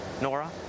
Nora